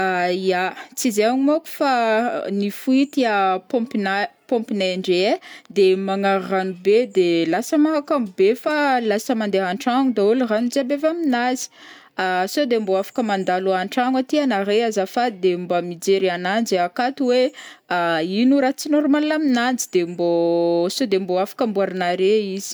ah ya, tsy izaign maok fao ni-fuite ah pompenay indreo ai de magnary rano be de lasa mahakamo be fa lasa mandeha antragno dahôlo rano jiaby avy aminazy, ah saode mbô afaka mandalo antragno aty anaré azafady de mba mijery ananjy akato hoe ah ino raha tsy normal aminanjy, de mbô saode mbô afaka amboarinare izy.